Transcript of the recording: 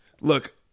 look